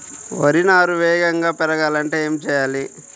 వరి నారు వేగంగా పెరగాలంటే ఏమి చెయ్యాలి?